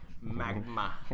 Magma